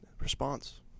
response